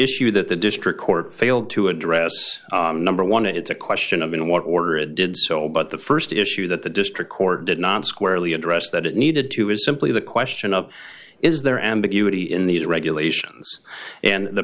issue that the district court failed to address number one it's a question of in what order it did so but the st issue that the district court did not squarely address that it needed to is simply the question of is there ambiguity in these regulations and the